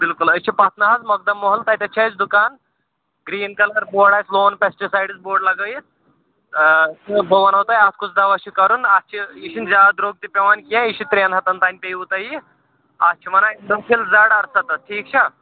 بِلکُل أسۍ چھِ پٹنہٕ حظ مقدم محلہٕ تتیٚن چھِ اَسہِ دُکَان گریٖن کلر بورڈ آسہِ لون پیسٹہٕ سایڈٕز بورڈ لگٲوِتھ تہٕ بہٕ ونو تۄہہِ اَتھ کُس دواہ چھُ کرُن اَتھ چھِ یہِ چھِنہٕ زیادٕ درٛۅگ تہِ پیٚوان کیٚنٛہہ یہِ چھُ ترٛیٚن ہتن تام پیٚوٕ تۅہہِ یہِ اتھ چھِ وَنان ٹرٛپٕل زڈ ارستتھ ٹھیٖک چھا